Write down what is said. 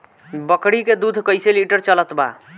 बकरी के दूध कइसे लिटर चलत बा?